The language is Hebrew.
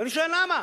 ואני שואל למה.